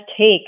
take